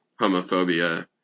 homophobia